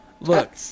Look